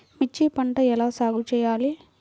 మిర్చి పంట ఎలా సాగు చేయాలి?